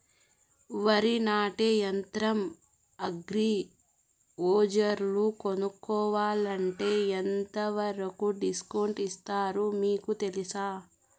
వరి నాటే యంత్రం అగ్రి బజార్లో కొనుక్కోవాలంటే ఎంతవరకు డిస్కౌంట్ ఇస్తారు మీకు తెలుసా?